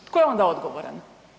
Tko je onda odgovoran?